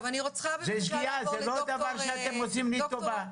זאת שגיאה, זה לא שאתם עושים לי טובה.